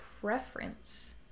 preference